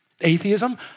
atheism